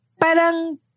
parang